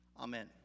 Amen